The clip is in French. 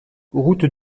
route